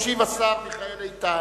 ישיב השר מיכאל איתן.